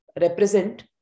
represent